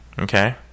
okay